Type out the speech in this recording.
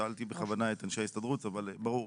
אני שאלתי בכוונה את אנשי ההסתדרות, אבל ברור.